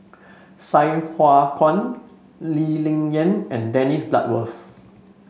Sai Hua Kuan Lee Ling Yen and Dennis Bloodworth